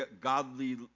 godly